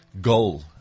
goal